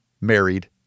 married